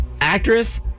Actress